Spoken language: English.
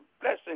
blessing